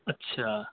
اچھا